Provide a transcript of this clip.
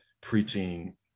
preaching